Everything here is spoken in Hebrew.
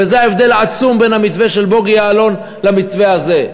וזה ההבדל העצום בין המתווה של בוגי יעלון למתווה הזה.